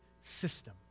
system